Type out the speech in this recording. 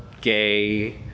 gay